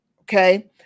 Okay